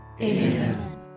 Amen